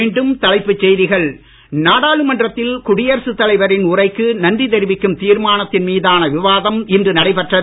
மீண்டும் தலைப்புச் செய்திகள் நாடாளுமன்றத்தில் குடியரசுத் தலைவரின் உரைக்கு நன்றி தெரிவிக்கும் தீர்மானத்தின் மீதான விவாதம் இன்று நடைபெற்றது